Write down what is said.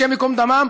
השם ייקום דמם,